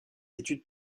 études